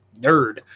nerd